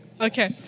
Okay